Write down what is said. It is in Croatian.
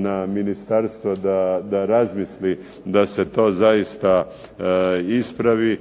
na ministarstvo da razmisli da se to zaista ispravi